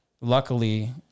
luckily